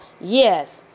yes